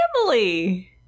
family